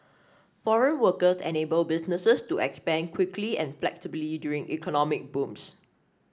foreign workers enable businesses to expand quickly and flexibly during economic booms